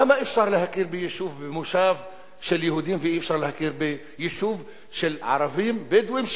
למה אפשר להכיר במושב של יהודים ואי-אפשר להכיר ביישוב של ערבים בדואים,